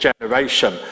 generation